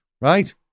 right